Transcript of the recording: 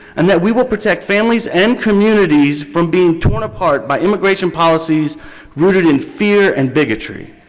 and that we will protect families and communities from being torn apart by emigration policies rooted in fear and bigotry,